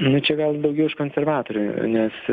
nu čia gal daugiau už konservatorių nes